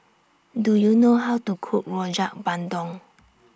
Do YOU know How to Cook Rojak Bandung